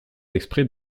exprès